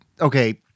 okay